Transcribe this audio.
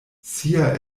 sia